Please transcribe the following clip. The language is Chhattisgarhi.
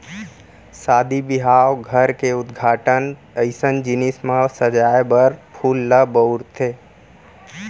सादी बिहाव, घर के उद्घाटन अइसन जिनिस म सजाए बर फूल ल बउरथे